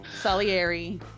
Salieri